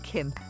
Kim